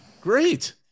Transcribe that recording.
Great